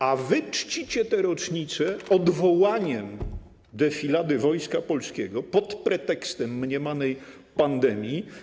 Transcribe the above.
A wy czcicie tę rocznicę odwołaniem defilady Wojska Polskiego pod pretekstem mniemanej pandemii.